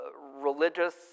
religious